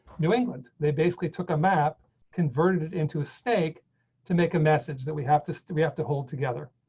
new england, they basically took a map converted it into a steak to make a message that we have to to we have to hold together.